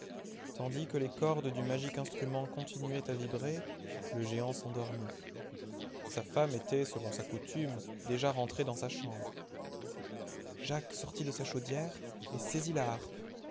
tandis que les cordes du magique instrument continuaient à vibrer le géant s'endormit sa femme était selon sa coutume déjà rentrée dans sa chambre jacques sortit de sa chaudière et saisit la harpe